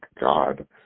God